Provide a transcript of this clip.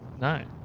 No